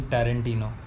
Tarantino